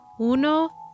Uno